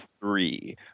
three